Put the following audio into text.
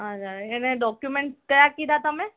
અચ્છા અને ડોક્યુમેન્ટ કયા કીધા તમે